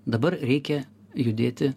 dabar reikia judėti